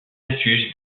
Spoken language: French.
accuse